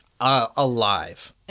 Alive